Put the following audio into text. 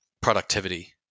productivity